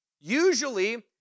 Usually